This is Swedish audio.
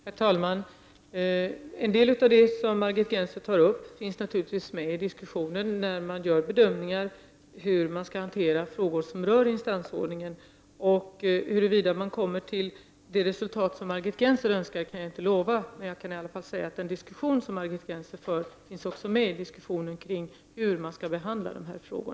Herr talman! En del av det som Margit Gennser berör finns naturligtvis med i diskussionen när man gör bedömningar om hur man skall hantera frågor kring instansordningen. Huruvida man kommer till det resultat som Margit Gennser önskar kan jag inte lova. Jag kan ändå säga att den diskussion som Margit Gennser för också förs i resonemangen kring hur man skall bedöma dessa frågor.